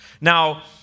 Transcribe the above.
Now